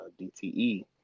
DTE